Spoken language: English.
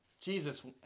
Jesus